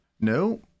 No